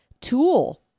tool